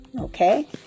Okay